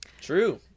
True